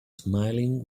smiling